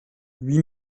lui